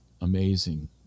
amazing